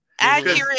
Accurate